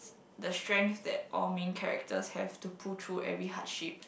the strengths that all main characters have to pull through every hardship